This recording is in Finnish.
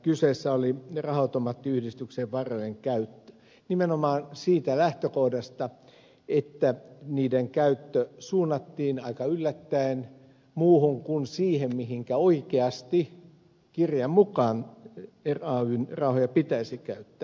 kyseessä oli raha automaattiyhdistyksen varojen käyttö nimenomaan siitä lähtökohdasta että niiden käyttö suunnattiin aika yllättäen muuhun kuin siihen mihinkä oikeasti kirjan mukaan rayn rahoja pitäisi käyttää